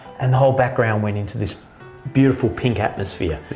and the whole background went into this beautiful pink atmosphere.